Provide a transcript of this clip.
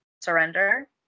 surrender